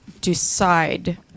decide